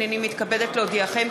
הנני מתכבדת להודיעכם,